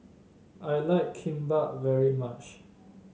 I like Kimbap very much